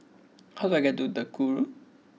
how do I get to Duku Road